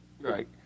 Right